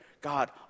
God